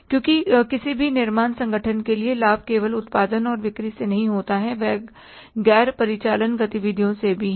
क्योंकि किसी भी निर्माण संगठन के लिए लाभ केवल उत्पादन और बिक्री से नहीं है यह गैर परिचालन गतिविधियों से भी है